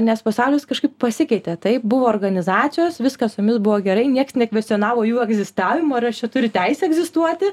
nes pasaulis kažkaip pasikeitė taip buvo organizacijos viskas su jomis buvo gerai nieks nekvestionavo jų egzistavimo ar jos čia turi teisę egzistuoti